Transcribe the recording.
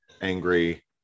Angry